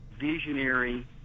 visionary